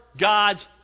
God's